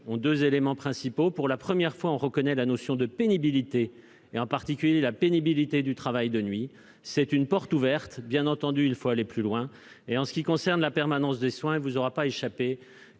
sur deux éléments principaux. Pour la première fois, on reconnaît la notion de pénibilité, en particulier la pénibilité du travail de nuit. C'est une porte ouverte. Bien entendu, il faut aller plus loin. En ce qui concerne la permanence des soins, il ne vous aura pas échappé